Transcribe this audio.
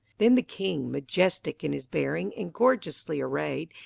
then the king, majestic in his bearing and gorgeously arrayed,